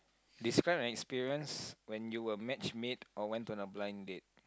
describe an experience when you were match make or went to a blind date